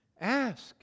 Ask